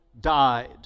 died